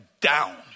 down